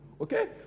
Okay